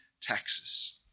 taxes